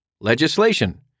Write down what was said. Legislation